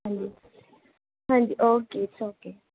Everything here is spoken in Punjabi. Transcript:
ਹਾਂਜੀ ਹਾਂਜੀ ਓਕੇ ਇਟਸ ਓਕੇ